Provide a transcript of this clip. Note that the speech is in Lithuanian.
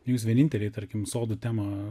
jūs vieninteliai tarkim sodų temą